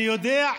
אני יודע,